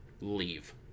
Leave